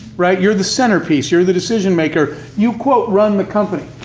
right? you're the centerpiece, you're the decision-maker, you run the company.